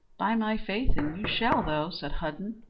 by my faith and you shall though, said hudden,